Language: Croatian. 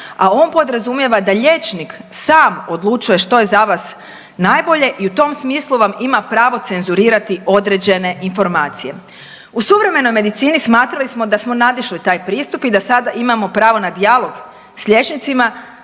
a on podrazumijeva da liječnik sam odlučuje što je za vas najbolje i u tom smislu vam ima pravo cenzurirati određene informacije. U suvremenoj medicini smatrali smo da smo nadišli taj pristup i da sada imamo pravo na dijalog sa liječnicima